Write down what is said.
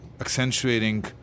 accentuating